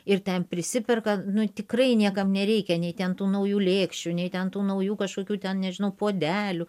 ir ten prisiperka nu tikrai niekam nereikia nei ten tų naujų lėkščių nei ten tų naujų kažkokių ten nežinau puodelių